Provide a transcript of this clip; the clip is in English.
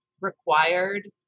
required